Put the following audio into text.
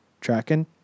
Tracking